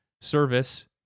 service